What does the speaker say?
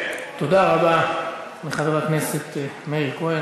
תודה רבה לחבר הכנסת מאיר כהן.